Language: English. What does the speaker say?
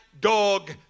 dog